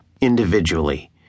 individually